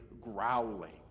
growling